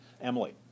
Emily